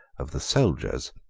of the soldiers,